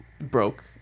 broke